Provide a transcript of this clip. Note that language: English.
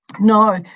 No